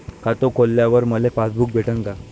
खातं खोलल्यावर मले पासबुक भेटन का?